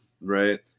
right